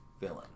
villain